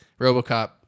Robocop